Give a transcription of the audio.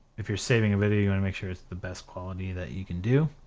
if you're saving a video you want to make sure it's the best quality that you can do.